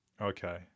okay